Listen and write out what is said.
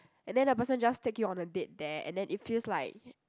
and then the person just take you on a date there and then it feels like